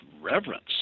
reverence